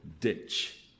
ditch